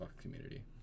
community